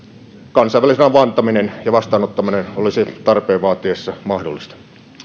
kansainvälisen avun antaminen ja vastaanottaminen olisi tarpeen vaatiessa mahdollista